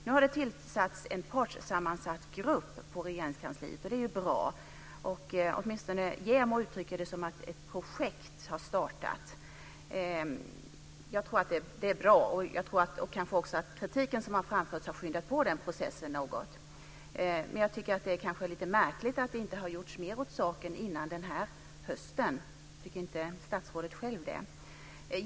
Nu har det tillsatts en partssammansatt grupp på Regeringskansliet. Det är bra. JämO uttrycker det som att ett projekt har startat. Det är bra. Det är kanske den kritik som har framförts som har skyndat på den processen något. Det är lite märkligt att inte mer har gjorts åt saken innan den just gångna hösten. Tycker inte statsrådet själv så?